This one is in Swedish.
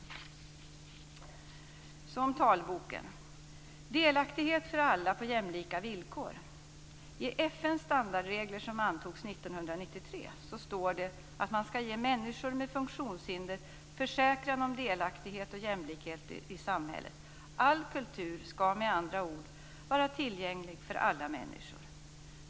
Jag går så över till talboken och delaktighet för alla på jämlika villkor. I FN:s standardregler som antogs år 1993 står det att man ska ge människor med funktionshinder försäkran om delaktighet och jämlikhet i samhället. All kultur ska med andra ord vara tillgänglig för alla människor.